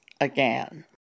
again